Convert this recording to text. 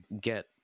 get